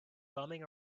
bumming